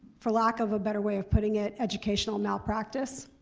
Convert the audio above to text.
for lack of a better way of putting it, educational malpractice.